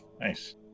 Nice